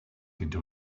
into